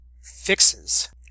fixes